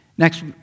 Next